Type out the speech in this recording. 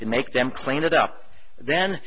to make them clean it up then